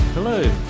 Hello